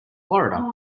florida